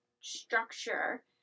structure